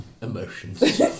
emotions